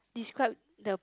describe the